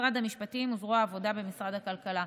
משרד המשפטים וזרוע עבודה במשרד הכלכלה.